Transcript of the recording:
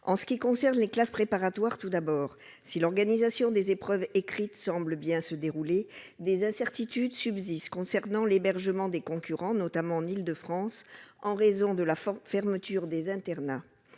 En ce qui concerne les classes préparatoires, si l'organisation des épreuves écrites semble bien se dérouler, des incertitudes subsistent concernant l'hébergement des concurrents, notamment en Île-de-France, en raison de la fermeture des internats.